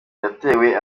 yatewe